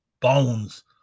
bones